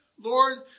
Lord